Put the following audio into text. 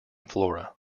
flora